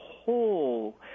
Whole